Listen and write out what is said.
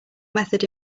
method